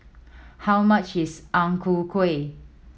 how much is Ang Ku Kueh